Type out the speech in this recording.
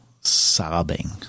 sobbing